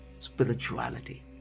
spirituality